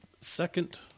Second